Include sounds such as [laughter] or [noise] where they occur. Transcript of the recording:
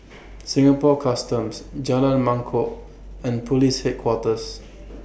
[noise] Singapore Customs Jalan Mangkok and Police Headquarters